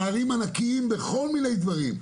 פערים ענקיים בכל מיני דברים,